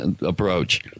approach